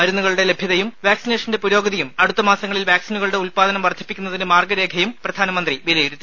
മരുന്നുകളുടെ ലഭ്യതയും വാക്സിനേഷന്റെ പുരോഗതിയും അടുത്ത മാസങ്ങളിൽ വാക്സിനുകളുടെ ഉത്പാദനം വർദ്ധിപ്പിക്കുന്നതിന് മാർഗരേഖയും പ്രധാനമന്ത്രി വിലയിരുത്തി